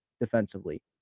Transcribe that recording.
defensively